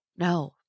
No